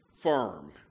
firm